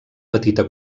petita